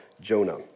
Jonah